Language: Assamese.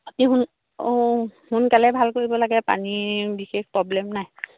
অঁ সোনকালে ভাল কৰিব লাগে পানীৰ বিশেষ প্ৰব্লেম নাই